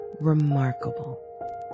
remarkable